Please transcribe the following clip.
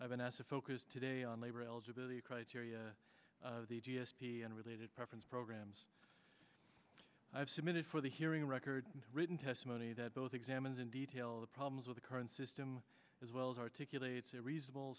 i've been asked a focus today on labor eligibility criteria the g s t and related preference programs i've submitted for the hearing record written testimony that both examines in detail the problems with the current system as well as articulate a reasonable